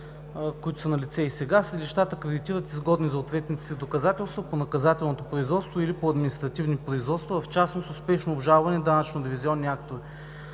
които са налице и сега, съдилищата кредитират изгодни за ответниците доказателства по наказателното производство или по административни производства, в частност с успешно обжалвани данъчно-ревизионни актове.